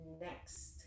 Next